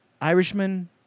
irishman